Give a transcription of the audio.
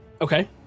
Okay